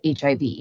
HIV